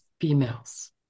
females